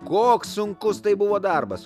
koks sunkus tai buvo darbas